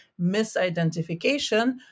misidentification